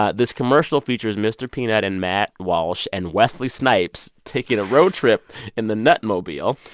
ah this commercial features mr. peanut and matt walsh and wesley snipes taking a road trip in the nutmobile.